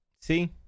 See